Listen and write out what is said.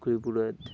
उकळीपुरत